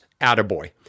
attaboy